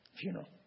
funeral